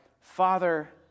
Father